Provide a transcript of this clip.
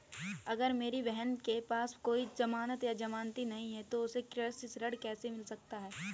अगर मेरी बहन के पास कोई जमानत या जमानती नहीं है तो उसे कृषि ऋण कैसे मिल सकता है?